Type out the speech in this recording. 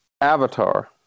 Avatar